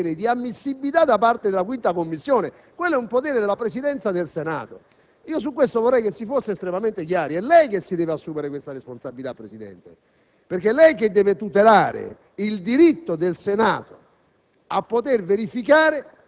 pare rivendicare un potere di ammissibilità da parte della 5a Commissione, che è invece un potere della Presidenza del Senato. Su questo vorrei che si fosse estremamente chiari: è lei che si deve assumere questa responsabilità, Presidente, perché è lei che deve tutelare il diritto del Senato